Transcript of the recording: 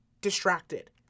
distracted